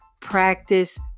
practice